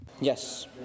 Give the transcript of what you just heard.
Yes